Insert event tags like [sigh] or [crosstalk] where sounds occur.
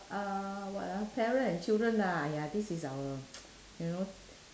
uh what ah parent and children ah ya this is our [noise] you know